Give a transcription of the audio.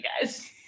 guys